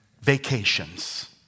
vacations